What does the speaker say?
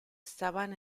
estaban